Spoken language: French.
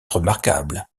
remarquable